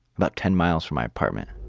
about ten miles from my apartment.